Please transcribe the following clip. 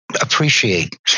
appreciate